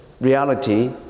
reality